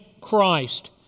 Christ